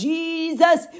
Jesus